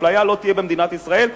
אפליה לא תהיה במדינת ישראל,